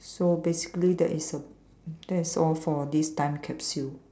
so basically there is a that is all for this time capsule